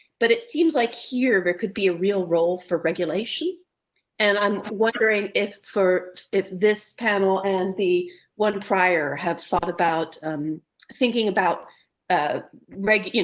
but it seems like here there could be a real role for regulation and i'm wondering if for if this panel and the one prior have thought about thinking about ah like you know